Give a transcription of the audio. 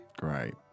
Great